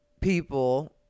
people